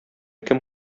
кем